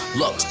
look